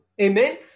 Amen